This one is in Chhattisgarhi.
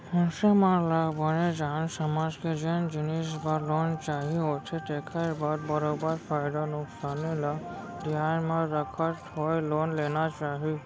मनसे मन ल बने जान समझ के जेन जिनिस बर लोन चाही होथे तेखर बर बरोबर फायदा नुकसानी ल धियान म रखत होय लोन लेना चाही